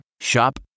Shop